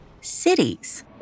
cities